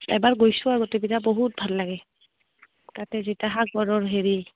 এবাৰ গৈছোঁ আগতে বিৰা বহুত ভাল লাগে তাতে যিটো সাগৰৰ হেৰি